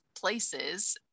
places